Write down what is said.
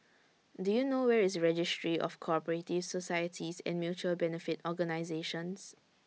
Do YOU know Where IS Registry of Co Operative Societies and Mutual Benefit Organisations